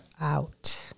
out